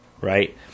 right